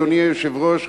אדוני היושב-ראש,